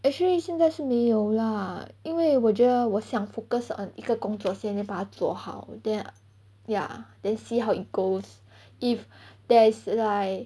actually 现在是没有 lah 因为我觉得我想 focus on 一个工作先 then 把它做好 then ya then see how it goes if there is like